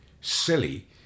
silly